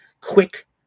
quick